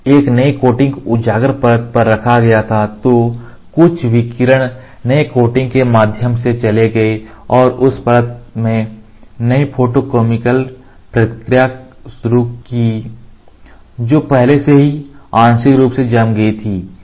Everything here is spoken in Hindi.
जब एक नई कोटिंग को उजागर परत पर रखा गया था तो कुछ विकिरण नए कोटिंग के माध्यम से चले गए और उस परत में नई फोटोकैमिकल प्रतिक्रिया शुरू की जो पहले से ही आंशिक रूप से जम गई थी